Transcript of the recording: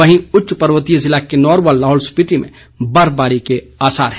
वहीं उच्च पर्वतीय जिला किन्नौर व लाहौल स्पीति में बर्फबारी के आसार हैं